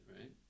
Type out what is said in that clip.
right